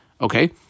Okay